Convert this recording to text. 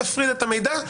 תפריד את המידע,